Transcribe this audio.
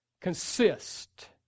consist